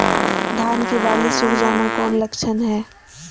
धान की बाली सुख जाना कौन लक्षण हैं?